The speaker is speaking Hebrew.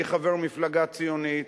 אני חבר מפלגה ציונית,